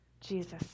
Jesus